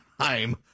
time